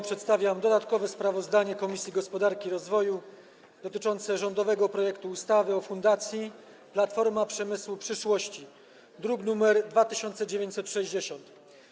Przedstawiam dodatkowe sprawozdanie Komisji Gospodarki i Rozwoju dotyczące rządowego projektu ustawy o Fundacji Platforma Przemysłu Przyszłości, druk nr 2960.